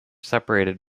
separated